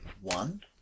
One